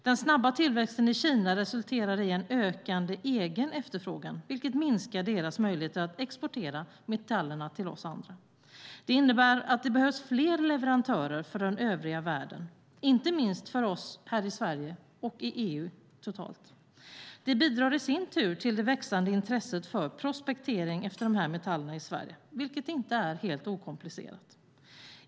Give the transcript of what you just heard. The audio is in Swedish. Den snabba tillväxten i Kina resulterar i en ökande egen efterfrågan, vilket minskar deras möjligheter att exportera metallerna till oss andra. Det innebär att det behövs fler leverantörer för den övriga världen, inte minst för oss här i Sverige och i EU totalt. Det bidrar i sin tur till det växande intresset för prospektering efter dessa metaller i Sverige, vilket inte är helt okomplicerat.